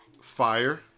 Fire